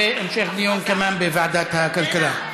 והמשך דיון, בוועדת הכלכלה.